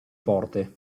porte